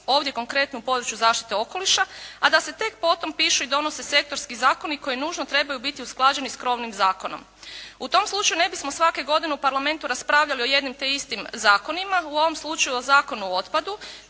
ovdje konkretno u području zaštite okoliša a da se tek potom pišu i donose sektorski zakoni koji nužno trebaju biti usklađeni s krovnim zakonom. U tom slučaju ne bismo svake godine u parlamentu raspravljali o jednim te istim zakonima, u ovom slučaju o Zakonu o otpadu